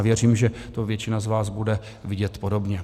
A věřím, že to většina z vás bude vidět podobně.